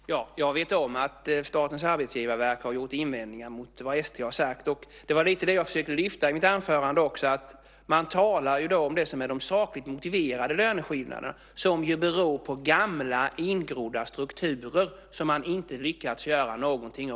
Fru talman! Jag vet om att Statens arbetsgivarverk har gjort invändningar mot vad ST har sagt. Det var det jag försökte lyfta fram i mitt anförande, det vill säga att man talar om de sakligt motiverade löneskillnaderna, som beror på gamla ingrodda strukturer som man inte har lyckats göra något åt.